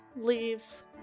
leaves